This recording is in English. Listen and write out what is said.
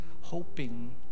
hoping